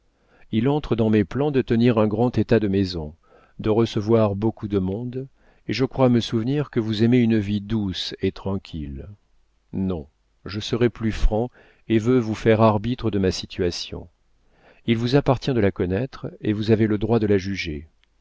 il entre dans mes plans de tenir un grand état de maison de recevoir beaucoup de monde et je crois me souvenir que vous aimez une vie douce et tranquille non je serai plus franc et veux vous faire arbitre de ma situation il vous appartient de la connaître et vous avez le droit de la juger